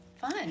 fun